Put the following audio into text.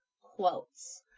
quotes